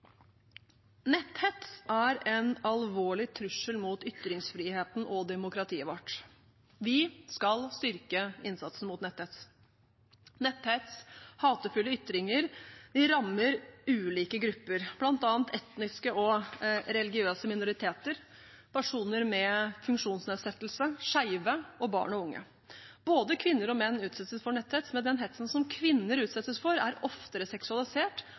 Netthets er en alvorlig trussel mot ytringsfriheten og demokratiet vårt. Vi skal styrke innsatsen mot netthets. Netthets og hatefulle ytringer rammer ulike grupper, bl.a. etniske og religiøse minoriteter, personer med funksjonsnedsettelse, skeive og barn og unge. Både kvinner og menn utsettes for netthets, men den hetsen som kvinner utsettes for, er oftere seksualisert